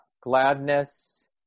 Gladness